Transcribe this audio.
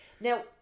Now